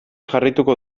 jarraituko